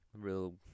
real